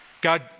God